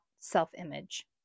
self-image